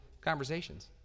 conversations